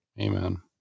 Amen